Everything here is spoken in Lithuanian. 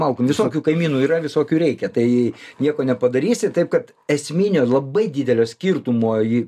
malkom visokių kaimynų yra visokių ir reikia tai nieko nepadarysi taip kad esminio labai didelio skirtumo ji